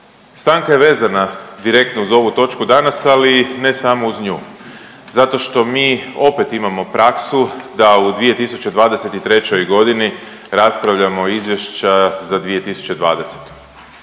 Stanka je vezana direktno uz ovu točku danas, ali ne samo uz nju zato što mi opet imamo praksu da u 2023.g. raspravljamo o izvješću za 2020. i